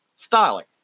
Styling